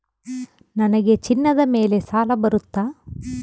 ನನಗೆ ಚಿನ್ನದ ಮೇಲೆ ಸಾಲ ಬರುತ್ತಾ?